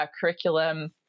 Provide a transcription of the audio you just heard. curriculum